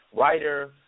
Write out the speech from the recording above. writer